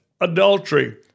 adultery